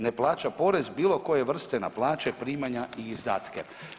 Ne plaća porez bilo koje vrste na plaće, primanja i izdatke.